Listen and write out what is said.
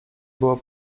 było